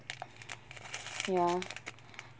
ya